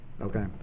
Okay